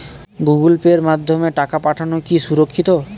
Google পের মাধ্যমে টাকা পাঠানোকে সুরক্ষিত?